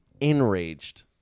Enraged